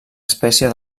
espècie